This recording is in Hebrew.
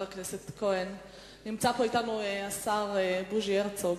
נמצא אתנו השר בוז'י הרצוג.